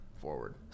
forward